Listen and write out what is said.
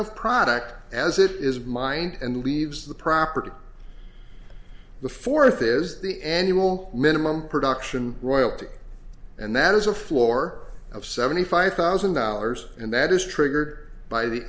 of product as it is mine and leaves the property the fourth is the annual minimum production royalty and that is a floor of seventy five thousand dollars and that is triggered by the